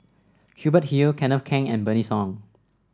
Hubert Hill Kenneth Keng and Bernice Ong